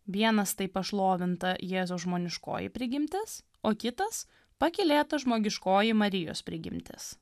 vienas tai pašlovinta jėzaus žmoniškoji prigimtis o kitas pakylėta žmogiškoji marijos prigimtis